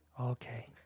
Okay